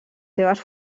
seves